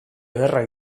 ederra